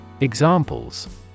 examples